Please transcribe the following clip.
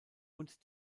und